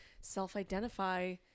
self-identify